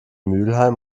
mülheim